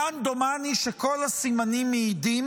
כאן דומני שכל הסימנים מעידים